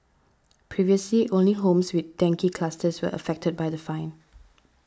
previously only homes with dengue clusters were affected by the fine